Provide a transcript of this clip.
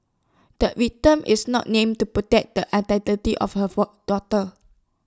the victim is not named to protect the identity of her for daughter